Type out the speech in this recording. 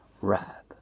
Rap